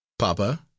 Papa